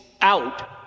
out